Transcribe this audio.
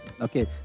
Okay